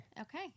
Okay